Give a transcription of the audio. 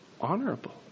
honorable